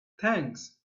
thanks